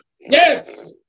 Yes